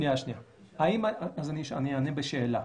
אני אענה בשאלה.